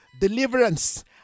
deliverance